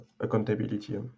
accountability